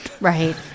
Right